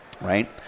Right